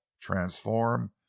transform